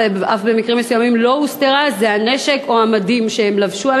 ובמקרים מסוימים אף לא הוסתרה: זה הנשק או המדים שהם לבשו.